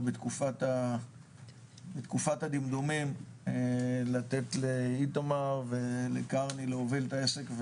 בתקופת הדמדומים לתת לאיתמר ולקרני להוביל את העסק,